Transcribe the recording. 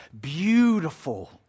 beautiful